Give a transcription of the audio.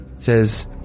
says